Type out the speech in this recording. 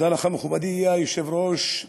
תודה לך, מכובדי היושב-ראש,